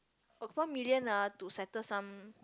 oh one million ah to settle some